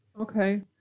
Okay